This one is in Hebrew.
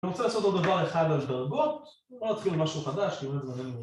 אני רוצה לעשות עוד דבר אחד על דרגות, בוא נתחיל משהו חדש, תראו איזה